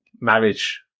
Marriage